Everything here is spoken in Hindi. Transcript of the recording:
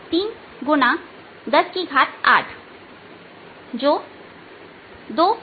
कितना संवेग ले जाया गया